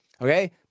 Okay